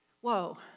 Whoa